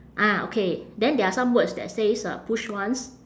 ah okay then there are some words that says uh push once